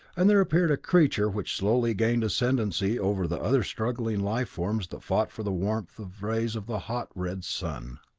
and there appeared a creature which slowly gained ascendancy over the other struggling life forms that fought for the warmth of rays of the hot, red sun.